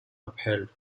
upheld